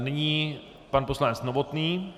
Nyní pan poslanec Novotný.